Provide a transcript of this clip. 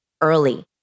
early